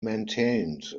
maintained